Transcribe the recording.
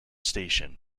station